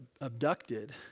abducted